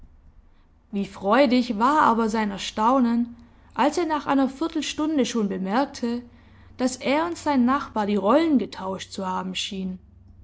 wie freudig war aber sein erstaunen als er nach einer viertelstunde schon bemerkte daß er und sein nachbar die rollen getauscht zu haben schienen